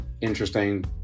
interesting